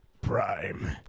Prime